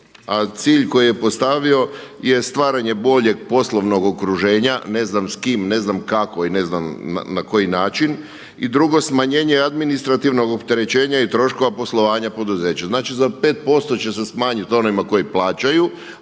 a cilj koji je postavio je stvaranje boljeg poslovnog okruženja. Ne znam s kim, ne znam kako i na koji način. I drugo, smanjenje administrativnog opterećenja i troškova poslovanja poduzeća. Znači za 5% će se smanjiti onima koji plaćaju,